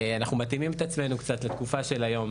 אנחנו מתאימים את עצמנו לתקופה של היום,